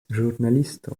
ĵurnalisto